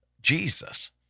Jesus